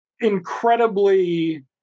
incredibly